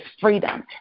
freedom